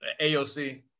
AOC